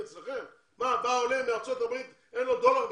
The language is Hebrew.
בא עולה מארצות הברית ואין לו דולר בכיס?